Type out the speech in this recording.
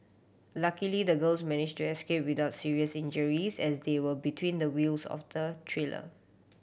luckily the girls managed to escape without serious injuries as they were between the wheels of the trailer